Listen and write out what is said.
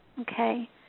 Okay